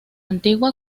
antigua